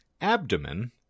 abdomen